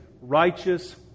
righteous